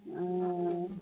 ओऽ